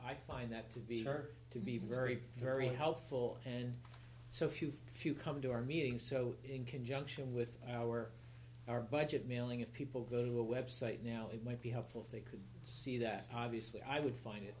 i find that to be sure to be very very helpful and so if you few come to our meeting so in conjunction with our our budget mailing if people go to a website now it might be helpful if they could see that obviously i would find it